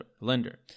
lender